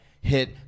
hit